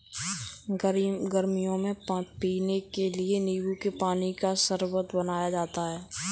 गर्मियों में पीने के लिए नींबू के पानी का शरबत बनाया जाता है